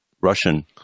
Russian